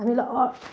हामीलाई